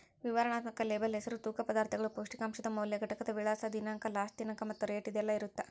ವಿವರಣಾತ್ಮಕ ಲೇಬಲ್ ಹೆಸರು ತೂಕ ಪದಾರ್ಥಗಳು ಪೌಷ್ಟಿಕಾಂಶದ ಮೌಲ್ಯ ಘಟಕದ ವಿಳಾಸ ದಿನಾಂಕ ಲಾಸ್ಟ ದಿನಾಂಕ ಮತ್ತ ರೇಟ್ ಇದೆಲ್ಲಾ ಇರತ್ತ